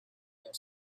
their